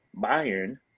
Bayern